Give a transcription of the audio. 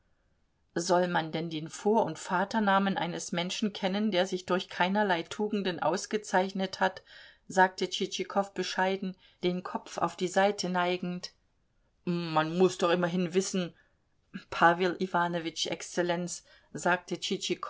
soll man denn den vor und vaternamen eines menschen kennen der sich durch keinerlei tugenden ausgezeichnet hat sagte tschitschikow bescheiden den kopf auf die seite neigend man muß doch immerhin wissen pawel iwanowitsch exzellenz sagte